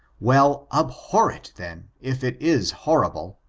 well, abhor it, then, if it is horrible.